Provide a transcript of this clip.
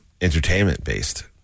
entertainment-based